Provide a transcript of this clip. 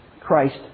Christ